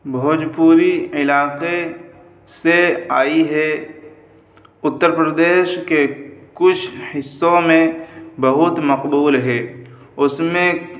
بھوجپوری علاقے سے آئی ہے اتر پردیش کے کچھ حصوں میں بہت مقبول ہے اس میں